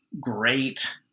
great